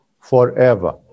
forever